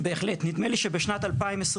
בהחלט, נדמה לי שבשנת 2022